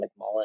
McMullen